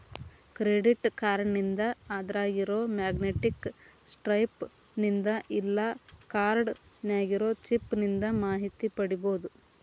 credit ಕಾರ್ಡ್ನಿಂದ ಅದ್ರಾಗಿರೊ magnetic stripe ನಿಂದ ಇಲ್ಲಾ ಕಾರ್ಡ್ ನ್ಯಾಗಿರೊ ಚಿಪ್ ನಿಂದ ಮಾಹಿತಿ ಪಡಿಬೋದು